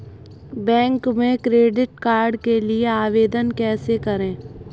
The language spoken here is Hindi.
बैंक में क्रेडिट कार्ड के लिए आवेदन कैसे करें?